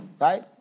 right